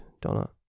Donna